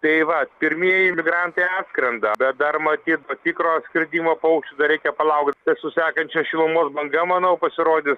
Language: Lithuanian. tai va pirmieji migrantai atskrenda bet dar matyt to tikro atskridimo pau dar reikia palaukt čia su sekančia šilumos banga manau pasirodys